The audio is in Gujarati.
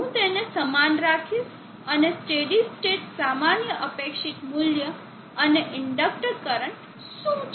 હું તેને સમાન રાખીશ અને સ્ટેડી સ્ટેટ સામાન્ય અપેક્ષિત મૂલ્ય અને ઇન્ડક્ટર કરંટ શું છે